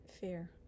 Fear